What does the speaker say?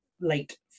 late